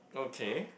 okay